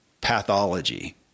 pathology